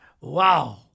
wow